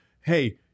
hey